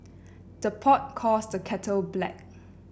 the pot calls the kettle black